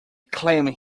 claimed